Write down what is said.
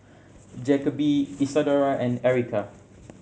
Jacoby Isadora and Erykah